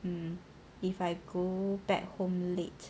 um if I go back home late